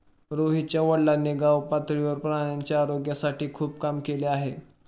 रोहितच्या वडिलांनी गावपातळीवर प्राण्यांच्या आरोग्यासाठी खूप काम केले आहे